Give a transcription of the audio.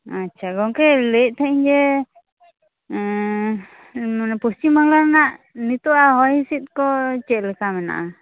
ᱟᱪᱪᱷᱟ ᱜᱚᱝᱠᱮ ᱞᱟ ᱭᱮᱫ ᱛᱟᱦᱮᱸᱱᱟᱹᱧ ᱡᱮ ᱮᱸ ᱢᱟᱱᱮ ᱯᱚᱥᱪᱷᱤᱢ ᱵᱟᱝᱞᱟ ᱨᱮᱱᱟᱜ ᱱᱤᱛᱚᱜᱟᱜ ᱦᱚᱭ ᱦᱤᱥᱤᱫ ᱠᱚ ᱪᱮᱫᱞᱮᱠᱟ ᱢᱮᱱᱟᱜ ᱟ